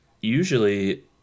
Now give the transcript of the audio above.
usually